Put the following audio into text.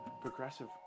progressive